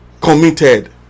committed